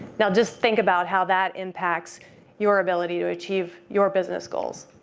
now, just think about how that impacts your ability to achieve your business goals.